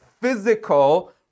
physical